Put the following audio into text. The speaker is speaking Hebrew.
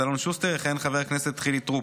אלון שוסטר יכהן חבר הכנסת חילי טרופר,